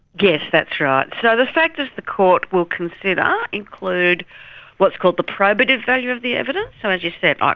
yes, that's right. so the factors the court will consider include what is called the probative value of the evidence. so, as you said, ah